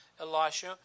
Elisha